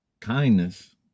kindness